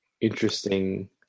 interesting